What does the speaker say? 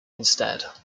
instead